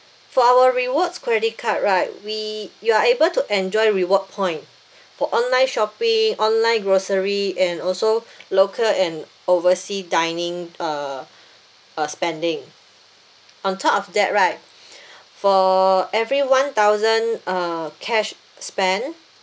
for our rewards credit card right we you are able to enjoy reward point for online shopping online grocery and also local and oversee dining uh uh spending on top of that right for everyone thousand uh cash spent